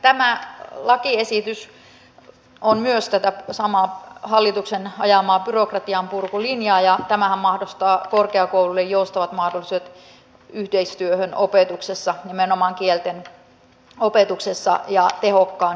tämä lakiesitys on myös tätä samaa hallituksen ajamaa byrokratian purkulinjaa ja tämähän mahdollistaa korkeakouluille joustavat mahdollisuudet yhteistyöhön opetuksessa nimenomaan kielten opetuksessa ja niiden tehokkaan hyödyntämisen